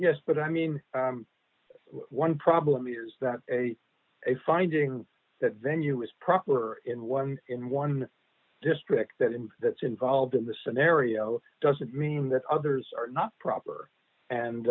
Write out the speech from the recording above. yes but i mean one problem is that a a finding that venue is proper in one in one district that and that's involved in the scenario doesn't mean that others are not proper and